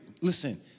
listen